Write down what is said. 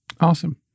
awesome